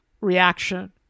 reaction